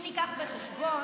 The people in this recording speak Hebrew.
אם ניקח בחשבון,